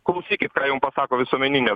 klausykit ką jum pasako visuomeninės